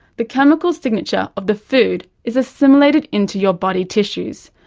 the chemical signature of the food is assimilated into your body tissues,